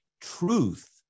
truth